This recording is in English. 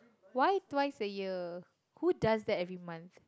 why twice a year who does that every month